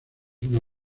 una